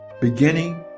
Beginning